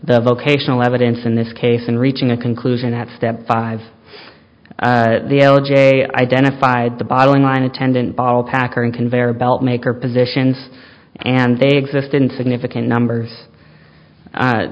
the vocational evidence in this case and reaching a conclusion at step five the l g a identified the bottling line attendant bottle packer and conveyor belt maker positions and they exist in significant numbers